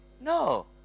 No